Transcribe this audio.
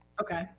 Okay